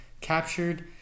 captured